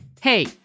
Hey